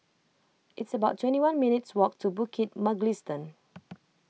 it's about twenty one minutes' walk to Bukit Mugliston